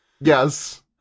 Yes